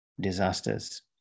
disasters